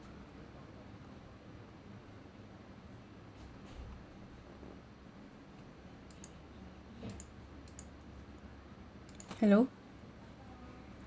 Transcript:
hello